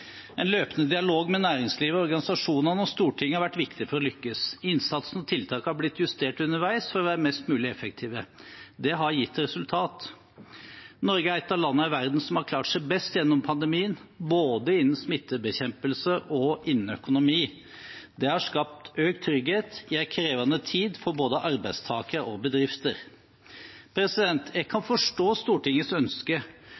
En løpende dialog med næringslivet og organisasjonene og Stortinget har vært viktig for å lykkes. Innsatsen og tiltakene har blitt justert underveis for å være mest mulig effektive. Det har gitt resultater. Norge er et av landene i verden som har klart seg best gjennom pandemien, både innen smittebekjempelse og innen økonomi. Det har skapt økt trygghet i en krevende tid for både arbeidstakere og bedrifter. Jeg